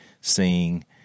seeing